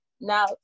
Now